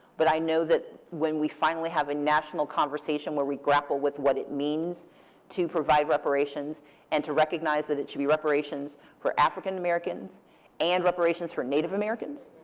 but i know that when we finally have a national conversation where we grapple with what it means to provide reparations and to recognize that it should be reparations for african-americans and reparations for native americans.